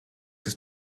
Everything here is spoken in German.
ist